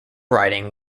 writing